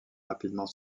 rapidement